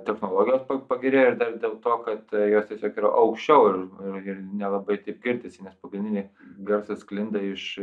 technologijos pagerėjo ir dar dėl to kad jos tiesiog yra aukščiau ir ir nelabai taip girdisi nes pagrindinė garsas sklinda iš